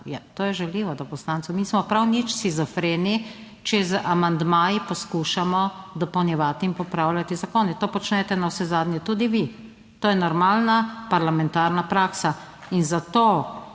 To je žaljivo do poslancev, nismo prav nič shizofreni, če z amandmaji poskušamo dopolnjevati in popravljati zakone. To počnete navsezadnje tudi vi. To je normalna parlamentarna praksa in zato